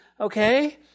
okay